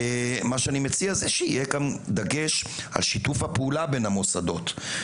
זה שיהיה כאן דגש על שיתוף הפעולה בין המוסדות,